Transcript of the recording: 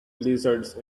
lizards